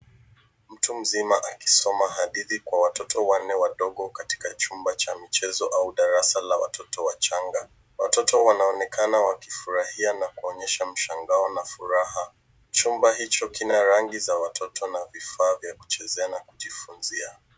Mtu mzima akisoma hadithi kwa watoto wanne wadogo katika chumba cha michezo au darasa la watoto wachanga. Watoto wanaonekana wakifurahia na kuonyesha mshangao na furaha. Chumba hicho kina rangi za watoto na vifaa vya kuchezea na kujifunzia.